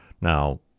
Now